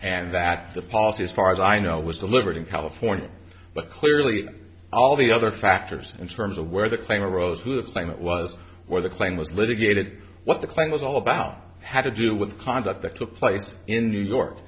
and that the policy as far as i know was delivered in california but clearly all the other factors in terms of where the claim rose who the thing that was where the claim was litigated what the claim was all about had to do with conduct that took place in new york